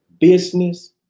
business